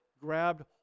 grabbed